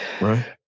Right